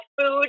food